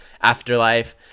afterlife